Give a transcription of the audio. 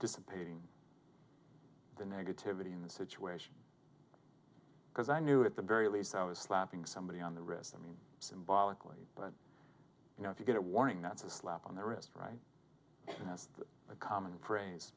dissipating the negativity in the situation because i knew at the very least i was slapping somebody on the wrist i mean symbolically but you know if you get a warning that's a slap on the wrist right as a common phrase